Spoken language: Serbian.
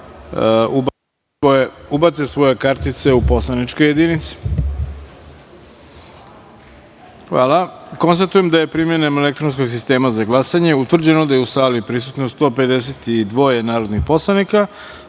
ubace svoje kartice u poslaničke jedinice. Hvala. Konstatujem da je primenom elektronskog sistema za glasanje utvrđeno da je u sali prisutno 152 narodna poslanika,